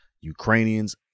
Ukrainians